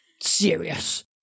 serious